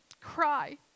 cry